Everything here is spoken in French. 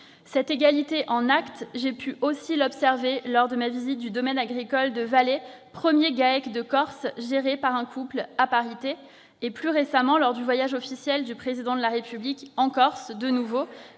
cette égalité en acte lors de ma visite du domaine agricole de Valle, premier GAEC de Corse géré par un couple à parité. Plus récemment, lors du voyage officiel du Président de la République en Corse, de nouveau,